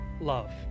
love